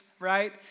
Right